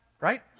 right